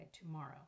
tomorrow